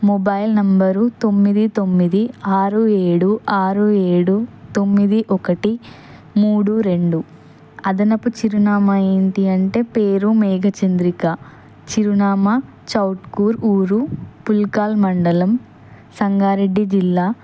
mobile number తొమ్మిది తొమ్మిది ఆరు ఏడు ఆరు ఏడు తొమ్మిది ఒకటి మూడు రెండు అదనపు చిరునామా ఏమిటి అంటే పేరు మేఘచంద్రిక చిరునామా చౌట్కూర్ ఊరు పుల్కాల్ మండలం సంగారెడ్డి జిల్లా